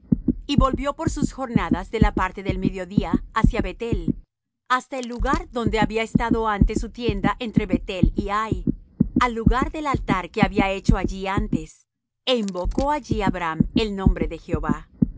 y volvió por sus jornadas de la parte del mediodía hacia bethel hasta el lugar donde había estado antes su tienda entre bethel y hai al lugar del altar que había hecho allí antes é invocó allí abram el nombre de jehová